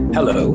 Hello